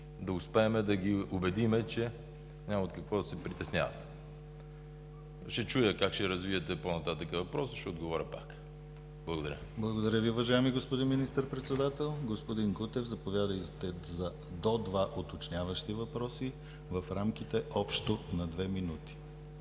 да успеем да ги убедим, че няма от какво да се притесняват. Ще чуя как ще развиете по-нататък въпроса и ще отговоря пак. Благодаря Ви. ПРЕДСЕДАТЕЛ ДИМИТЪР ГЛАВЧЕВ: Благодаря Ви, уважаеми господин Министър-председател. Господин Кутев, заповядайте за до два уточняващи въпроса в рамките общо на две минути.